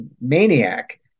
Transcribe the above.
maniac